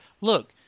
look